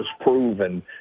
proven